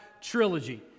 trilogy